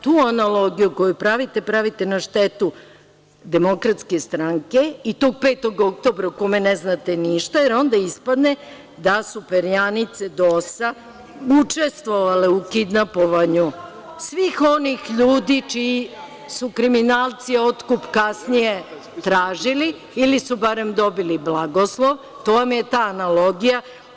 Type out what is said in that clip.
Tu analogiju koju pravite, pravite na štetu DS i to 5. oktobra o kome ne znate ništa, jer onda ispadne da su perjanice DOS-a učestvovale u kidnapovanju svih onih ljudi čiji su kriminalci otkup kasnije tražili ili su barem dobili blagoslov, to vam je ta analogija.